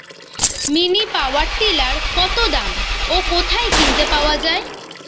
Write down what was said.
Mini power tiller কত দাম ও কোথায় কিনতে পাওয়া যায়?